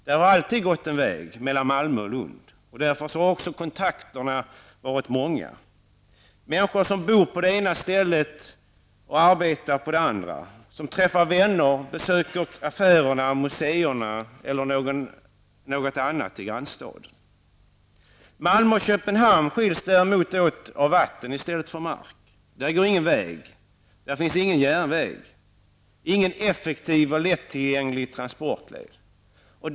Mellan Malmö och Lund har det alltid gått en väg, och därför har också kontakterna varit många, människor som bor på det ena stället och arbetar på det andra, som träffar vänner, besöker affärer, museer eller något annat i grannstaden. Malmö och Köpenhamn skiljs däremot av vatten i stället för av mark. Där går ingen väg. Där finns ingen järnväg, ingen effektiv och lättillgänglig transportväg.